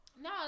no